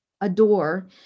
adore